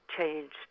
changed